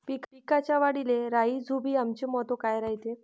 पिकाच्या वाढीले राईझोबीआमचे महत्व काय रायते?